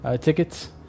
tickets